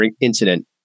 incident